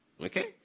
Okay